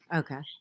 okay